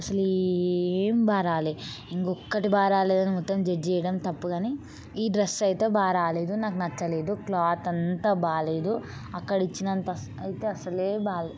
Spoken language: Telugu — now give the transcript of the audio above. అసలు ఈ ఎం బాగ రాలేదు ఇంక ఒక్కటి బాగ రాలేదని మొత్తం జడ్జ్ చేయడం తప్పు కానీ ఈ డ్రెస్ అయితే బాగ రాలేదు నాకు నచ్చలేదు క్లాత్ అంతా బాగలేదు అక్కడ ఇచ్చినంత అసలు అసలే బాలేదు